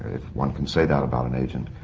if one can say that about an agent.